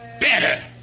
better